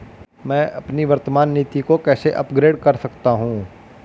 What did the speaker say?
मैं अपनी वर्तमान नीति को कैसे अपग्रेड कर सकता हूँ?